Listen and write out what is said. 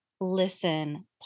listen